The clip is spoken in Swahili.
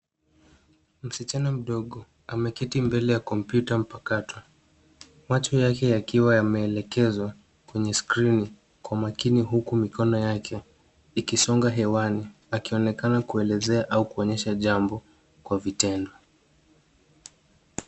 Msichana mdogo ameketi mbele ya kompyuta mpakato, macho yake yakiwa yameelekezwa kwenye skrini kwa umakini huku mikono yake ikisonga hewani akionekana kuelezea au kuonyesha jambo kwa vitendo.